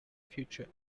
future